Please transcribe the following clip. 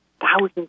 thousands